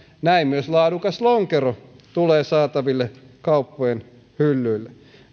näin myös laadukas lonkero tulee saataville kauppojen hyllyille